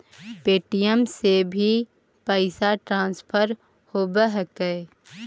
Paytm से भी पैसा ट्रांसफर होवहकै?